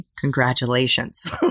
Congratulations